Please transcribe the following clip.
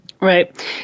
Right